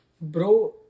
Bro